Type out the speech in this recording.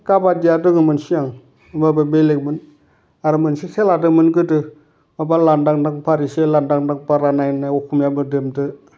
काबादिया दङमोन सिगां होनबाबो बेलेगमोन आरो मोनसे खेला दङमोन गोदो माबा लांदां दां फारिसे लांदां दां फारानाय होन्नाय असमिया मिडियामजों